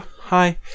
hi